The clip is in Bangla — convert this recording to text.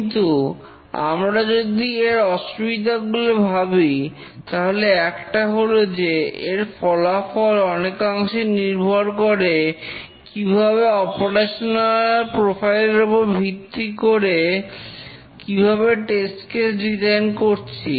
কিন্তু আমরা যদি এর অসুবিধাগুলো ভাবি তাহলে একটা হল যে এর ফলাফল অনেকাংশে নির্ভর করে কিভাবে অপারেশনাল প্রোফাইল এর উপর ভিত্তি করে কিভাবে টেস্ট কেস ডিজাইন করছি